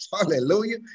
Hallelujah